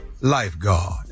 Lifeguard